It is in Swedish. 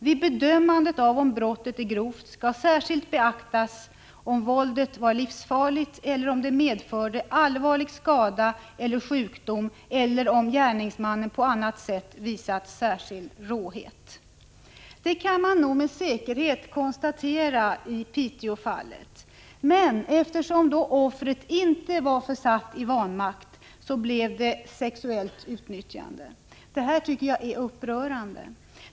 Vid bedömandet av om brottet är grovt skall särskilt beaktas om våldet var livsfarligt eller om det medförde allvarlig skada eller sjukdom eller om gärningsmannen på annat sätt visat särskild råhet. Att detta var fallet kan man med säkerhet konstatera i Piteåfallet. Men eftersom offret inte var försatt i vanmakt, så blev det sexuellt utnyttjande. Detta tycker jag är upprörande.